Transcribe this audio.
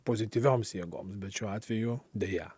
pozityvioms jėgoms bet šiuo atveju deja